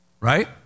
right